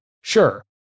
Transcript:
Sure